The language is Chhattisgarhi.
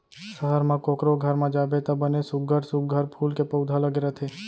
सहर म कोकरो घर म जाबे त बने सुग्घर सुघ्घर फूल के पउधा लगे रथे